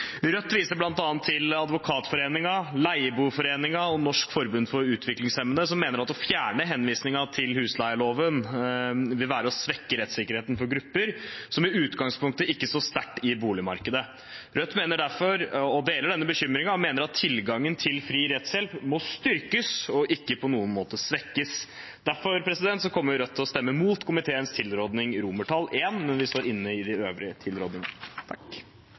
Rødt viser bl.a. til Advokatforeningen, Leieboerforeningen og Norsk Forbund for Utviklingshemmede, som mener at det å fjerne henvisningen til husleieloven vil være å svekke rettssikkerheten for grupper som i utgangspunktet ikke står sterkt i boligmarkedet. Rødt deler denne bekymringen og mener at tilgangen til fri rettshjelp må styrkes og ikke på noen måte svekkes. Derfor kommer Rødt til å stemme imot komiteens tilråding til I, men vi står inne i de øvrige